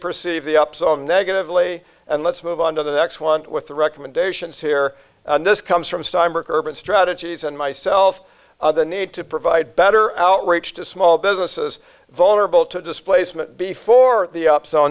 perceive the opposite of negatively and let's move on to the next one with the recommendations here this comes from urban strategies and myself the need to provide better outreach to small businesses vulnerable to displacement before the up